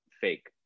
fake